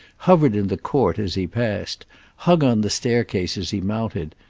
hovered in the court as he passed, hung on the staircase as he mounted,